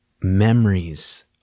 memories